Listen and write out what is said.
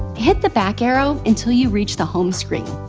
hit the back arrow until you reach the home screen.